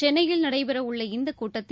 சென்னையில் நடைபெறவுள்ள இந்த கூட்டத்தில்